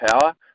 power